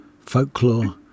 Folklore